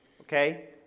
okay